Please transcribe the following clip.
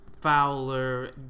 Fowler